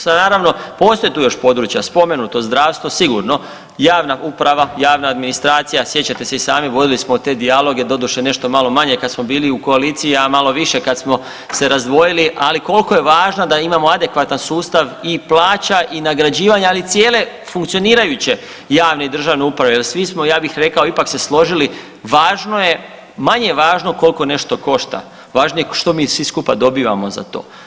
Sad naravno postoje tu još područja, spomenuto zdravstvo sigurno, javna uprava, javna administracija sjećate se i sami vodili smo te dijaloge, doduše nešto malo manje kada smo bili u koaliciji, a malo više kad smo se razdvojili, ali koliko je važno da imamo adekvatan sustav i plaća i nagrađivanja, ali i cijele funkcionirajuće javne i državne uprave jel svi smo ja bih rekao ipak se složili, važno je, manje važno koliko nešto košta, važnije je što mi svi skupa dobivamo za to.